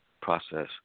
process